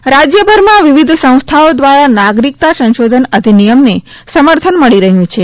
નાગરિકતા સંશોધન રાજયભરમાં વિવિધ સંસ્થાઓ દ્વારા નાગરિકતા સંશોધન અધિનિયમને સમર્થન મળી રહ્યુ છે